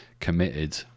Committed